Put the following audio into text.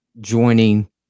joining